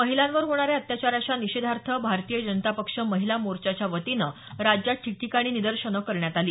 महिलांवर होणाऱ्या अत्याचाराच्या निषेधार्थ भारतीय जनता पक्ष महिला मोर्चाच्या वतीनं राज्यात ठिकठिकाणी निदर्शनं करण्यात आली